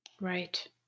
Right